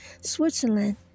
Switzerland